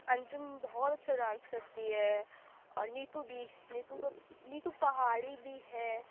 انجم بہت اچھا ڈانس کرتی ہے اور نیتو بھی نیتو تو نیتو پہاڑی بھی ہے